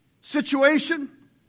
situation